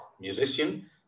musician